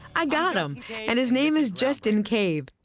i got him and his name is justin cave.